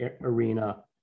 arena